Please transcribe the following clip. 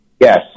Yes